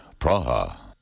Praha